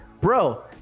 bro